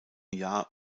jahr